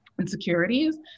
insecurities